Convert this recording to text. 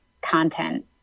content